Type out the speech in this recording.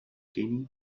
kenny